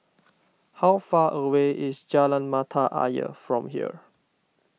how far away is Jalan Mata Ayer from here